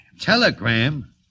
Telegram